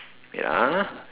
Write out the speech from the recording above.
wait ah